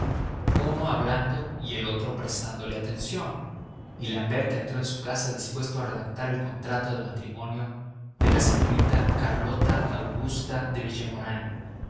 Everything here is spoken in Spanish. uno hablando y el otro prestándole atención y l'ambert entró en su casa dispuesto a redactar el contrato de matrimonio de la señorita carlota augusta de